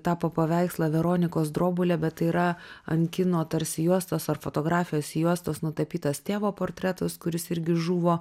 tapo paveikslą veronikos drobulė bet tai yra ant kino tarsi juostos ar fotografijos juostos nutapytas tėvo portretas kuris irgi žuvo